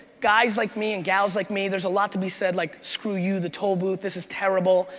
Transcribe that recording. guys like me and gals like me, there's a lot to be said, like screw you, the tollbooth, this is terrible.